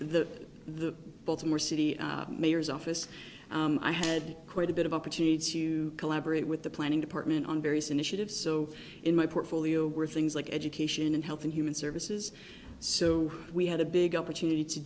the the baltimore city mayor's office i had quite a bit of opportunity to collaborate with the planning department on various initiatives so in my portfolio were things like education and health and human services so we had a big opportunity to